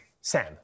Sam